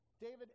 David